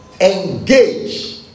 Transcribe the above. Engage